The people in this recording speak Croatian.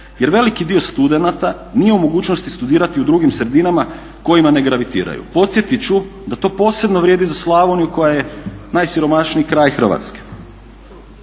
jer veliki broj studenata nije u mogućnosti studirati u drugim sredinama kojima ne gravitiraju. Podsjetit ću da to posebno vrijedi za Slavoniju koja je najsiromašniji kraj Hrvatske.